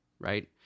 right